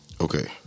Okay